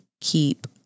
keep